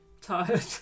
Tired